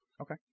Okay